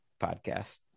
podcast